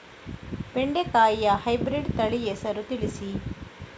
ಬೆಂಡೆಕಾಯಿಯ ಹೈಬ್ರಿಡ್ ತಳಿ ಹೆಸರು ತಿಳಿಸಿ?